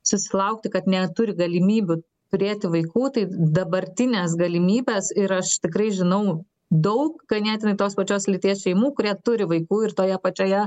susilaukti kad neturi galimybių turėti vaikų tai dabartinės galimybės ir aš tikrai žinau daug ganėtinai tos pačios lyties šeimų kurie turi vaikų ir toje pačioje